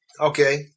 Okay